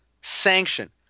sanction